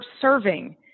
serving